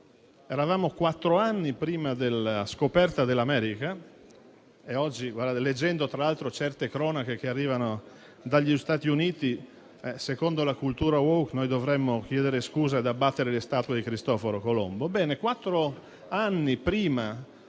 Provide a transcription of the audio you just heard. a quattro anni prima della scoperta dell'America. Oggi, leggendo certe cronache che arrivano dagli Stati Uniti, secondo la cultura *woke* noi dovremmo chiedere scusa e abbattere le statue di Cristoforo Colombo.